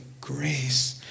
grace